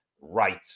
right